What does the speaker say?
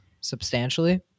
substantially